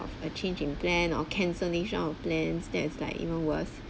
of a change in plans or cancellation of plans that is like even worse